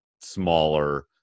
smaller